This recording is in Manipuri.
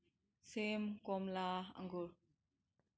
ꯁꯦꯝ ꯀꯣꯝꯂꯥ ꯑꯪꯒꯨꯔ